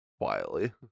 Quietly